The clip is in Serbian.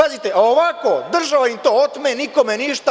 A ovako, država im to otme i nikome ništa.